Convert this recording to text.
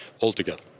altogether